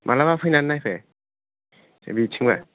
मालाबा फैनानै नायफै ओरैथिंबो